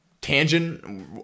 tangent